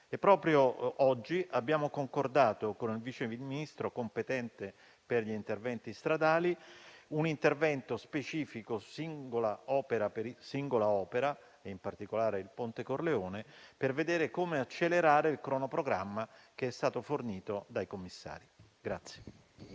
e proprio oggi abbiamo concordato con il Vice Ministro competente per gli interventi stradali un intervento specifico per singola opera, in particolare per il ponte Corleone, per vedere come accelerare il cronoprogramma fornito dai commissari.